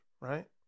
Right